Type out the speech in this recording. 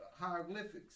hieroglyphics